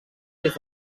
des